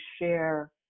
share